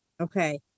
Okay